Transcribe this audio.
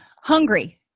HUNGRY